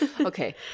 Okay